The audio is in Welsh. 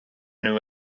nhw